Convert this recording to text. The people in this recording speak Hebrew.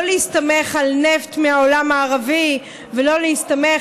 לא להסתמך על נפט מהעולם הערבי ולא להסתמך